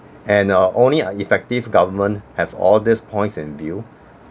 and uh only a effective government have all these points in view